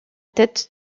tête